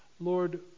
Lord